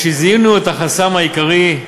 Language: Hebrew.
משזיהינו את החסם העיקרי,